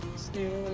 still